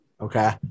okay